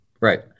Right